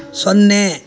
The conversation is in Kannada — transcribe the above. ಸೊನ್ನೆ